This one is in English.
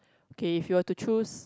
K if you were to choose